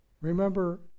Remember